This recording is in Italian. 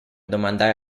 domandare